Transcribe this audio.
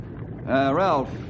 Ralph